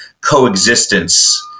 coexistence